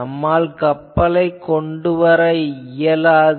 நம்மால் கப்பலைக் கொண்டுவர இயலாது